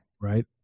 Right